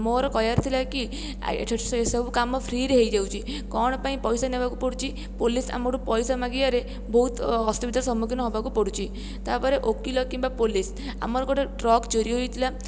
ମୋର କହିବାର ଥିଲା କି ସେ ସବୁକାମ ଫ୍ରିରେ ହେଇଯାଉଛି କ'ଣ ପାଇଁ ପଇସା ନେବାକୁ ପଡ଼ୁଛି ପୋଲିସ ଆମ ଠୁ ପଇସା ମାଗିବାରେ ବହୁତ ଅସୁବିଧାରେ ସମ୍ମୁଖୀନ ହେବାକୁ ପଡ଼ୁଛି ତା'ପରେ ଓକିଲ କିମ୍ବା ପୋଲିସ ଆମର ଗୋଟେ ଟ୍ରକ୍ ଚୋରି ହୋଇଥିଲା